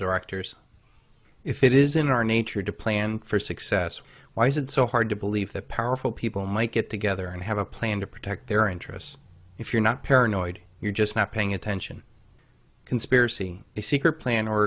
directors if it is in our nature to plan for success why is it so hard to believe that powerful people might get together and have a plan to protect their interests if you're not paranoid you're just not paying attention conspiracy a secret plan or